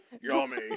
Yummy